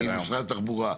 היא ממשרד התחבורה,